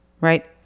right